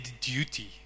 duty